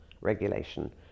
regulation